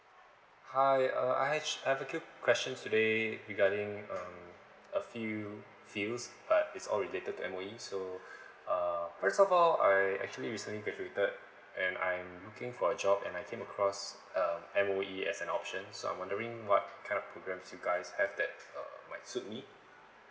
hi uh I have I have a few questions today regarding um a few fields but it's all related to M_O_E so uh first of all I actually recently graduated and I'm looking for a job and I came across um M_O_E as an option so I'm wondering what kind of programs you guys have that uh might suit me